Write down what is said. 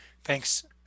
Thanks